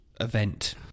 event